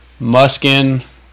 Muskin